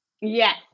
Yes